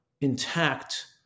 intact